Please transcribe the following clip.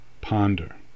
ponder